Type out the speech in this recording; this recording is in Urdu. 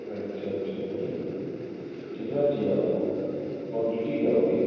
اچھا اچھا بولیں کتنا چاہیے آپ کو کوانٹیٹی کیا ہوگی